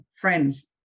friends